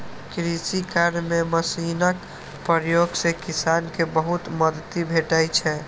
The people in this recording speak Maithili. कृषि कार्य मे मशीनक प्रयोग सं किसान कें बहुत मदति भेटै छै